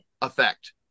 effect